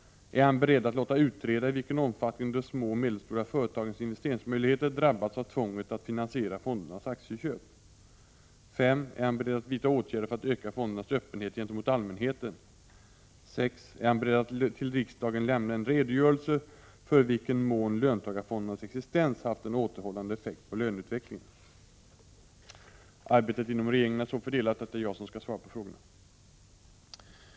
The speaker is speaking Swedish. Är han beredd att låta utreda i vilken omfattning de små och medelstora företagens investeringsmöjligheter drabbats av tvånget att finansiera fondernas aktieköp? 5. Ärhan beredd att vidta åtgärder för att öka fondernas öppenhet gentemot allmänheten? 6. Är han beredd att till riksdagen lämna en redogörelse för i vilken mån löntagarfondernas existens haft en återhållande effekt på löneutvecklingen? Arbetet inom regeringen är så fördelat att det är jag som skall svara på frågorna.